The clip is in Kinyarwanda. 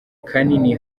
kanini